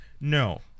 No